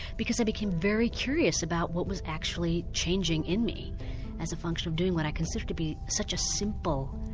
because i became very curious about what was actually changing in me as a function of doing what i consider to be such a simple